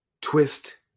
twist